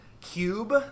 cube